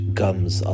gums